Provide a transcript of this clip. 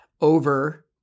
over